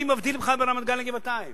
מי מבדיל בכלל בין רמת-גן לגבעתיים?